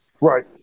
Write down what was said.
right